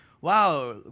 wow